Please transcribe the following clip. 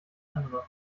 andere